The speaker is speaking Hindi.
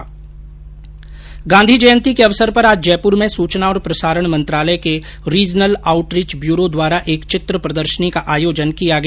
महात्मा गांधी जयंती के अवसर पर आज जयपुर में सूचना और प्रसारण मंत्रालय के रीजनल आउटरिच ब्यूरों द्वारा एक चित्र प्रदर्शनी का आयोजन किया गया